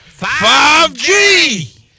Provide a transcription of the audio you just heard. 5G